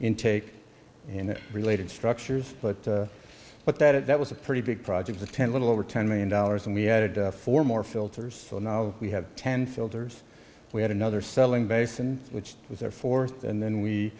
intake and related structures but but that was a pretty big project to ten a little over ten million dollars and we had four more filters so now we have ten filters we had another selling basin which was our fourth and then we